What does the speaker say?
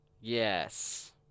Yes